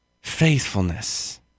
Faithfulness